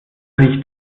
riecht